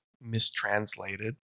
mistranslated